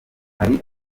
hari